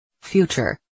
Future